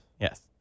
Yes